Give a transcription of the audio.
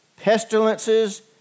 pestilences